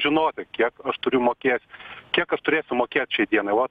žinoti kiek aš turiu mokėti kiek aš turėsiu mokėt šiai dienai vat